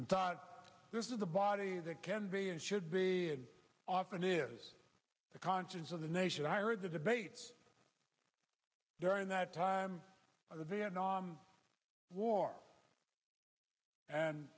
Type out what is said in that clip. and thought this is the body that can be and should be often is the conscience of the nation i or the debates during that time of the vietnam war and